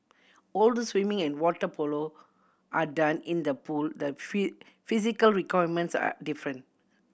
although swimming and water polo are done in the pool the physical requirements are different